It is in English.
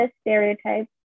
stereotypes